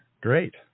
Great